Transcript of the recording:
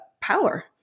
power